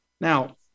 Now